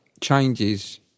changes